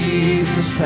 Jesus